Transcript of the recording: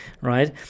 right